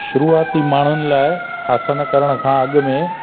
शुरुआती माण्हुनि लाइ आसन करण खां अॻ में